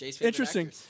interesting